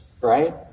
right